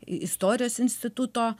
istorijos instituto